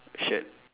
shirt